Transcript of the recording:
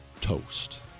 toast